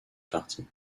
partie